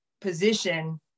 position